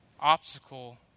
obstacle